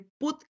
put